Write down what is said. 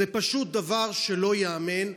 זה פשוט דבר שלא ייאמן,